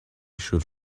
should